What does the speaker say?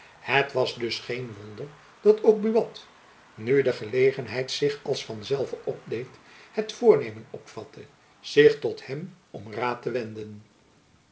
het was dus geen wonder dat ook buat nu de gelegenheid zich als van zelve opdeed het voornemen opvatte zich tot hem om raad te wenden